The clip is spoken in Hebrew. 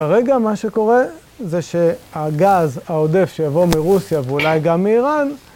כרגע, מה שקורה, זה שהגז העודף שיבוא מרוסיה ואולי גם מאיראן,